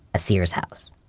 a sears house.